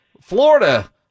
Florida